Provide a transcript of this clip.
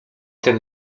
ten